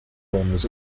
was